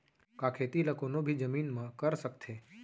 का खेती ला कोनो भी जमीन म कर सकथे?